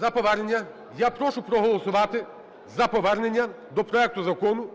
за повернення. Я прошу проголосувати за повернення до проекту Закону